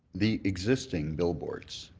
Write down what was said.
the existing billboards,